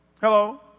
Hello